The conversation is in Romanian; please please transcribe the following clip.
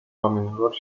oamenilor